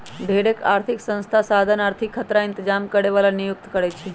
ढेरेक आर्थिक संस्था साधन आर्थिक खतरा इतजाम करे बला के नियुक्ति करै छै